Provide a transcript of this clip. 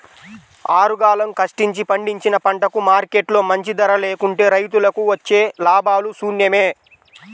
ఆరుగాలం కష్టించి పండించిన పంటకు మార్కెట్లో మంచి ధర లేకుంటే రైతులకు వచ్చే లాభాలు శూన్యమే